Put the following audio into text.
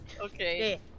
Okay